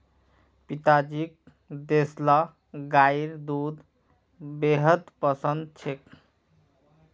पिताजीक देसला गाइर दूध बेहद पसंद छेक